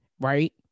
right